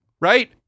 right